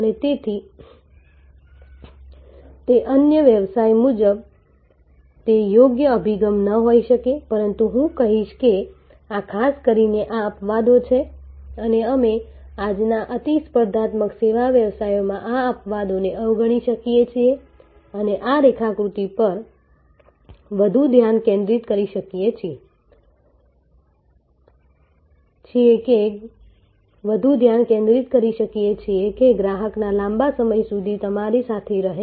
અને તેથી તે વ્યવસાય મુજબ તે યોગ્ય અભિગમ ન હોઈ શકે પરંતુ હું કહીશ કે આ ખાસ કરીને આ અપવાદો છે અને અમે આજના અતિ સ્પર્ધાત્મક સેવા વ્યવસાયોમાં આ અપવાદોને અવગણી શકીએ છીએ અને આ રેખાકૃતિ પર વધુ ધ્યાન કેન્દ્રિત કરી શકીએ છીએ કે ગ્રાહક લાંબા સમય સુધી તમારી સાથે રહે